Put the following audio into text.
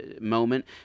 moment